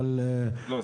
אבל --- לא,